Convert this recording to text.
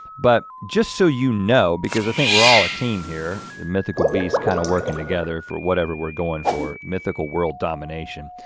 but just so you know, because i think we're all a team here, mythical beasts kind of working together for whatever we're going for, mythical world domination,